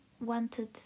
wanted